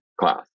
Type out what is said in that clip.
class